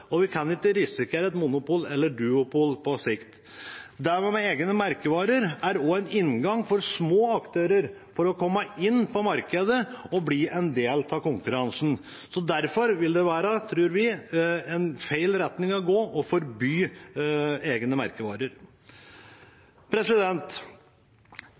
Vi kan ikke risikere et monopol eller duopol på sikt. Det med egne merkevarer er også en inngang for små aktører til å komme inn på markedet og bli en del av konkurransen. Derfor tror vi det å forby egne merkevarer vil være en feil retning å gå